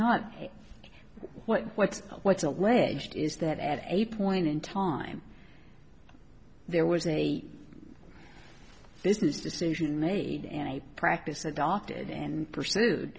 not what what's what's alleged is that at a point in time there was a business decision made and i practice adopted and pursued